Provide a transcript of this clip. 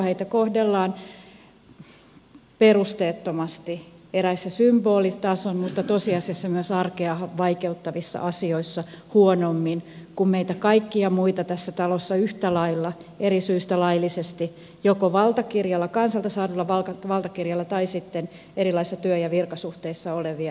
heitä kohdellaan perusteettomasti huonommin eräissä symbolitason mutta tosiasiassa myös arkea vaikeuttavissa asioissa kuin meitä kaikkia muita tässä talossa yhtä lailla eri syistä laillisesti joko kansalta saadulla valtakirjalla tai sitten erilaisissa työ ja virkasuhteissa olevia ihmisiä